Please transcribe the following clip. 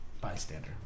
bystander